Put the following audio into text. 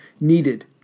needed